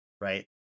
right